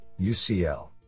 UCL